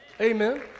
Amen